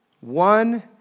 one